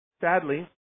Sadly